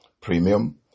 premium